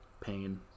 pain